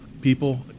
people